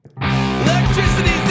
Electricity